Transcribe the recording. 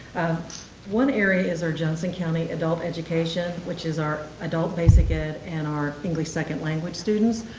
one area is our johnson county adult education, which is our adult basic ed and our english second language students.